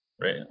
Right